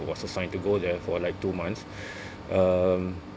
was assigned to go there for like two months um